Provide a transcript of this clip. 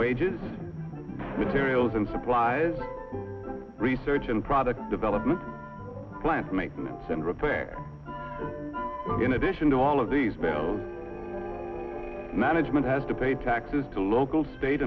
wages materials and supplies research and product development plans make notes and repair in addition to all of these bells management has to pay taxes to local state